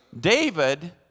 David